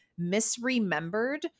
misremembered